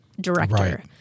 director